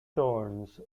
thorns